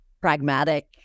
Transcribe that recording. pragmatic